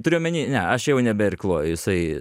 turiu omeny ne aš jau nebeirkluoju jisai